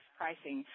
pricing